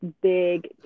big